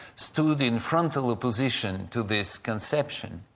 stood in frontal opposition to this conception.